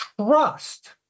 trust